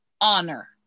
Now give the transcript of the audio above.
honor